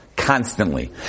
constantly